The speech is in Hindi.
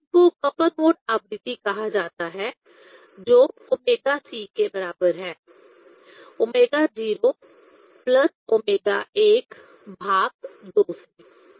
तो एक को कपल मोड आवृत्ति कहा जाता है जो ओमेगा सी के बराबर है ओमेगा 0 प्लस ओमेगा 1 भाग 2 से